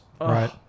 right